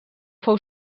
fou